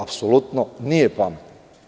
Apsolutno nije pamet.